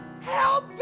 Help